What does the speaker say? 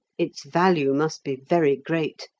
its value must be very great.